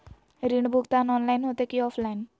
ऋण भुगतान ऑनलाइन होते की ऑफलाइन?